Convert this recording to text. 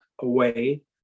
away